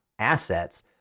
assets